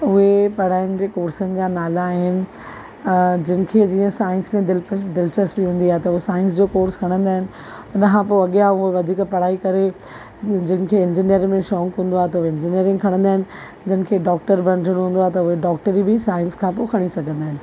उहे पढ़ाइयुनि जे कोर्सनि जा नाला आहिनि जिनि खे जीअं साइंस में दिलचस्पी हूंदी आहे त उहे साइंस जो कोर्स खणंदा आहिनि हुन खां पोइ अॻियां वधीक पढ़ाई करे जिनि खे इंजीनियरिंग में शौक़ु हूंदो आहे त उहे इंजीनियरिंग खणंदा आहिनि जिनिखे डॉक्टर बणिजणो हूंदो आहे त उहे डॉक्टरी बि साइंस खां पोइ खणी सघंदा आहिनि